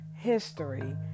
history